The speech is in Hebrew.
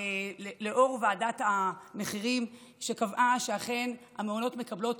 לאור ועדת המחירים שקבעה שאכן המעונות מקבלים